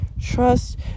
trust